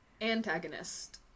antagonist